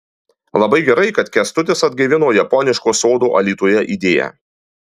labai gerai kad kęstutis atgaivino japoniško sodo alytuje idėją